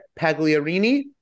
Pagliarini